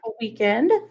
weekend